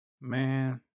Man